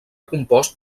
compost